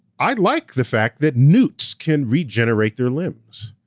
i like the fact that newts can regenerate their limbs.